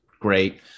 great